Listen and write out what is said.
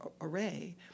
array